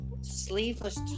sleeveless